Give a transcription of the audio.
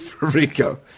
Rico